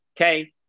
okay